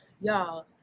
y'all